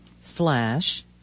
Slash